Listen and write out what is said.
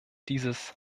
dieses